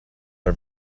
are